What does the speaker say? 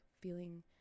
feeling